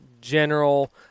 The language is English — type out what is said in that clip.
general